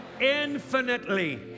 infinitely